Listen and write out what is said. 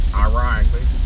ironically